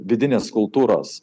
vidinės kultūros